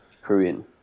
Korean